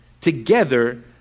together